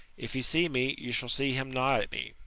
if he see me, you shall see him nod at me.